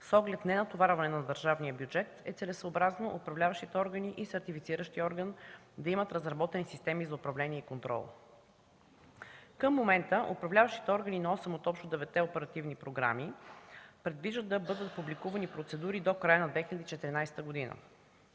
с оглед ненатоварване на държавния бюджет, е целесъобразно управляващите органи и сертифициращият орган да имат разработени системи за управление и контрол. Към момента управляващите органи на осем от общо деветте оперативни програми предвиждат да бъдат публикувани процедури до края на 2014 г.